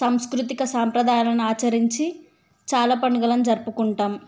సంస్కృతిక సాంప్రదాయాలను ఆచరించి చాలా పండుగలను జరుపుకుంటాం